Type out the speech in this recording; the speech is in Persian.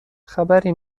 خبری